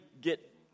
get